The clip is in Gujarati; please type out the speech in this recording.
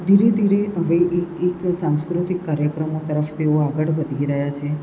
ધીરે ધીરે હવે એ એક સાંસ્કૃતિક કાર્યક્રમો તરફ તેઓ આગળ વધી રહ્યા છે